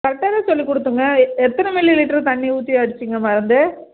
கரெக்டாக தான் சொல்லிக் கொடுத்தேங்க எத்தனை மில்லிலிட்டரு தண்ணி ஊற்றி அடித்தீங்க மருந்து